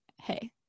hey